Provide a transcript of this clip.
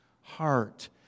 heart